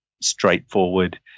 straightforward